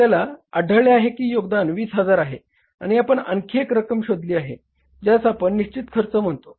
आपल्याला आढळले आहे की योगदान 20000 आहे आणि आपण आणखी एक रक्कम शोधली आहे ज्यास आपण निश्चित खर्च म्हणतो